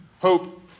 Hope